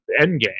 endgame